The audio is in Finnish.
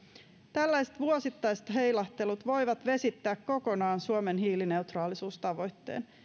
tällaiset vuosittaiset heilahtelut voivat vesittää kokonaan suomen hiilineutraalisuustavoitteen